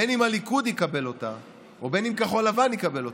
בין שהליכוד יקבל אותה ובין שכחול לבן תקבל אותה,